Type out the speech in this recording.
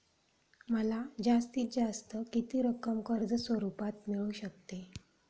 मला जास्तीत जास्त किती रक्कम कर्ज स्वरूपात मिळू शकते?